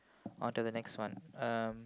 on to the next one um